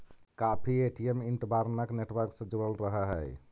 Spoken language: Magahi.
काफी ए.टी.एम इंटर्बानक नेटवर्क से जुड़ल रहऽ हई